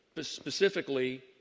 Specifically